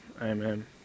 Amen